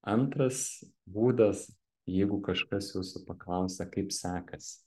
antras būdas jeigu kažkas jūsų paklausia kaip sekasi